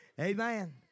Amen